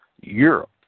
Europe